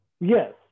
Yes